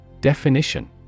Definition